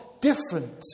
different